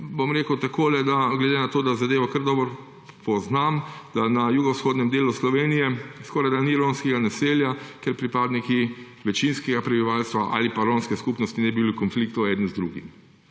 so njihovi sosedi. Glede na to, da zadevo kar dobro poznam, bom rekel, da na jugovzhodnem delu Slovenije skorajda ni romskega naselja, kjer pripadniki večinskega prebivalstva ali romske skupnosti ne bi bili v konfliktu eden z drugim.